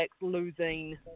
losing